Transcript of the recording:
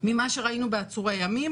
ממה שראינו בעצורי ימים,